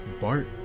Bart